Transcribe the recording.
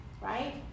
right